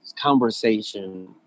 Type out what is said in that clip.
conversation